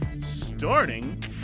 starting